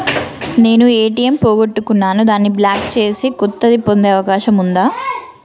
నేను ఏ.టి.ఎం పోగొట్టుకున్నాను దాన్ని బ్లాక్ చేసి కొత్తది పొందే అవకాశం ఉందా?